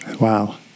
wow